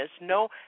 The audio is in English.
no